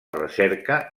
recerca